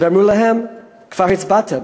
ואמרו להם: כבר הצבעתם,